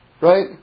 Right